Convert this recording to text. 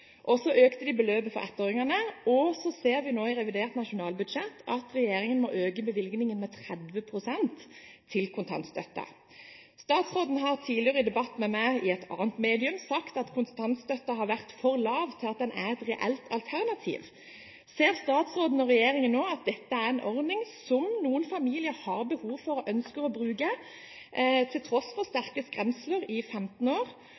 ser vi i revidert nasjonalbudsjett at regjeringen må øke bevilgningen til kontantstøtten med 30 pst. Statsråden har tidligere i debatt med meg i et annet medium sagt at kontantstøtten har vært for lav til at den er et reelt alternativ. Ser statsråden og regjeringen nå at dette er en ordning noen familier har behov for og ønsker å bruke, til tross for sterke skremsler i 15 år,